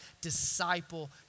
disciple